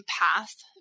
path